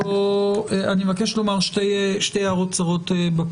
בפתיחה אני מבקש לומר שתי הערות קצרות.